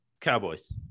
Cowboys